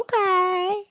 Okay